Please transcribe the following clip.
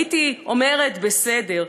הייתי אומרת: בסדר.